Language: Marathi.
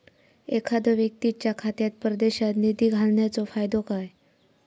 एखादो व्यक्तीच्या खात्यात परदेशात निधी घालन्याचो फायदो काय?